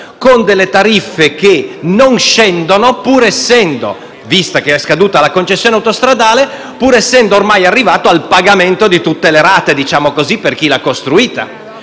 con tariffe che non scendono, visto che è scaduta la concessione autostradale, pur essendo ormai state pagate tutte le rate, diciamo così, per chi l'ha costruita.